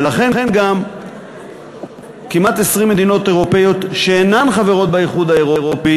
ולכן גם כמעט 20 מדינות אירופיות שאינן חברות באיחוד האירופי